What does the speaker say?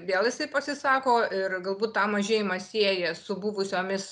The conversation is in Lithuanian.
vėl jisai pasisako ir galbūt tą mažėjimą sieja su buvusiomis